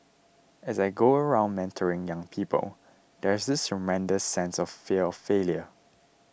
as I go around mentoring young people there's this tremendous sense of fear of failure